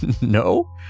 No